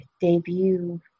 debut